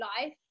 life